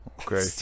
okay